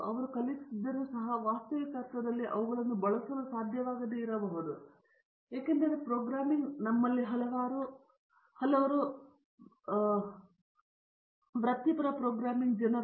ಅವರು ಕಲಿತಿದ್ದರೂ ಸಹ ವಾಸ್ತವಿಕ ಅರ್ಥದಲ್ಲಿ ಅವುಗಳನ್ನು ಬಳಸಲು ಸಾಧ್ಯವಾಗದಿರಬಹುದು ಏಕೆಂದರೆ ಪ್ರೋಗ್ರಾಮಿಂಗ್ ನಮ್ಮಲ್ಲಿ ಹಲವರು ಬಗ್ಬ್ಯಾಕ್ ಆಗಿರುವುದರಿಂದ ನಾವು ವೃತ್ತಿಪರ ಪ್ರೋಗ್ರಾಮಿಂಗ್ ಜನರಲ್ಲ